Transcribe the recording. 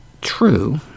true